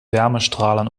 wärmestrahlern